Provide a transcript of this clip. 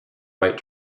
write